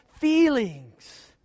feelings